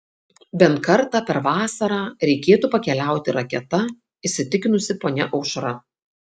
bent kartą per vasarą reikėtų pakeliauti raketa įsitikinusi ponia aušra